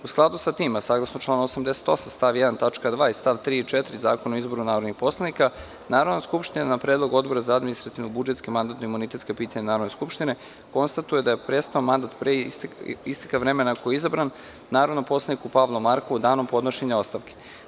U skladu sa tim, a saglasno članu 88. stav 1. tačka 2) i stav 3. i 4. Zakona o izboru narodnih poslanika, Narodna skupština na predlog Odbora za administrativno-budžetska i mandatno-imunitetska pitanja Narodne skupštine konstatuje da je prestao mandat pre isteka vremena za koji je izabran narodnom poslaniku Pavlu Markovu danom podnošenja ostavke.